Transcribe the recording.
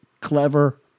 Clever